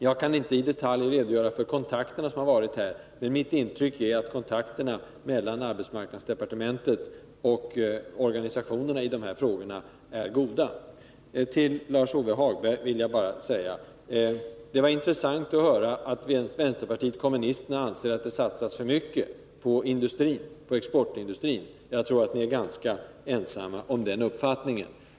Jag kan inte i detalj redogöra för de kontakter som ägt rum, men mitt intryck är att kontakterna mellan arbetsmarknadsdepartementet och organisationerna i de här frågorna är goda. Till Lars-Ove Hagberg vill jag bara säga att det var intressant att höra att vänsterpartiet kommunisterna anser att det satsas för mycket på exportindustrin. Jag tror att ni är ganska ensamma om den uppfattningen.